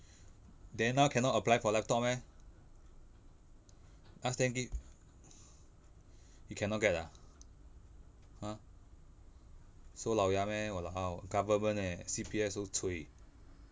then now cannot apply for laptop meh ask them give you cannot get ah !huh! so lao ya meh !walao! government leh C_P_F so cui